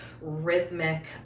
rhythmic